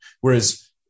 whereas